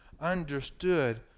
understood